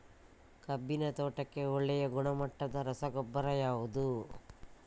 ಕಬ್ಬಿನ ತೋಟಕ್ಕೆ ಒಳ್ಳೆಯ ಗುಣಮಟ್ಟದ ರಸಗೊಬ್ಬರ ಯಾವುದು?